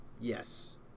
Yes